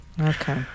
Okay